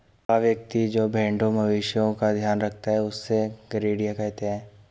वह व्यक्ति जो भेड़ों मवेशिओं का ध्यान रखता है उससे गरेड़िया कहते हैं